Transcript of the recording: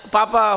Papa